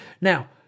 Now